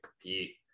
compete